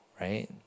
right